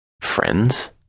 Friends